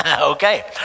Okay